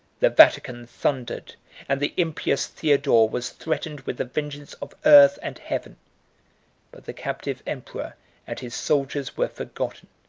the vatican thundered and the impious theodore was threatened with the vengeance of earth and heaven but the captive emperor and his soldiers were forgotten,